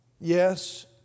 yes